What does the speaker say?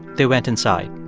they went inside,